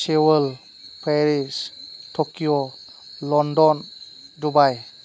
सेवल Paris Tokyo London Dubai